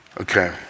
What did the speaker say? Okay